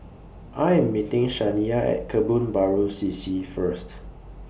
I Am meeting Shaniya At Kebun Baru C C First